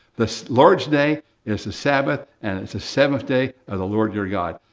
the lord's day is the sabbath and it's the seventh day of the lord your god.